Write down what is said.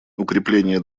укрепление